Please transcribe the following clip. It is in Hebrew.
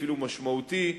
אפילו משמעותי,